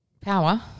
Power